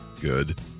Good